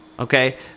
Okay